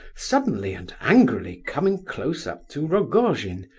suddenly and angrily, coming close up to rogojin.